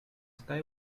sky